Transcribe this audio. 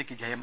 സിക്ക് ജയം